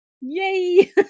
Yay